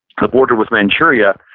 the border with manchuria,